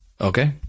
Okay